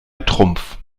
trumpf